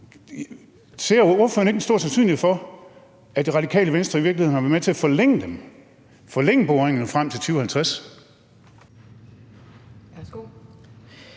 Ser ordføreren ikke, at der er stor sandsynlighed for, at Radikale Venstre i virkeligheden har været med til at forlænge boringerne frem til 2050?